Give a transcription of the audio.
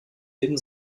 jeden